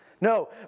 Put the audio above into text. No